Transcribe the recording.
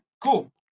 cool